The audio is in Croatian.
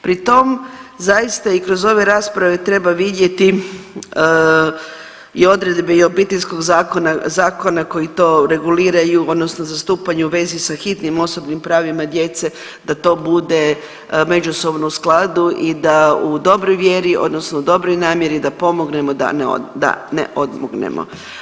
Pri tom zaista i kroz ove rasprave treba vidjeti i odredbe i Obiteljskog zakona koji to regulira i u odnosno zastupanju u vezi sa hitnim osobnim pravima djece da to bude u međusobnom skladu i da u dobroj vjeri odnosno u dobroj namjeri da pomognemo da ne odmognemo.